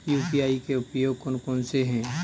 UPI के उपयोग कौन कौन से हैं?